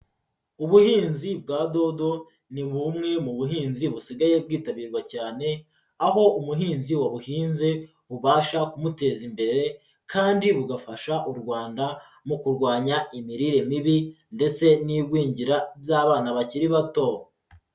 Ubuhinzi bwa dodo ni bumwe mu buhinzi busigaye bwitabirwa cyane, aho umuhinzi wabuhinze bubasha kumuteza imbere kandi bugafasha u Rwanda mu kurwanya imirire mibi ndetse n'igwingira by'abana bakiri bato.